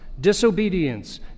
disobedience